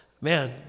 man